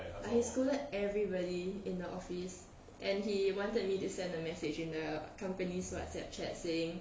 he scolded everybody in the office and he wanted me to send a message in the company's whatsapp chat saying